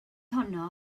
honno